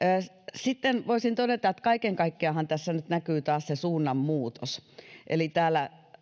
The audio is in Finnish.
sitten voisin todeta että kaiken kaikkiaanhan tässä nyt näkyy taas se suunnanmuutos eli täällä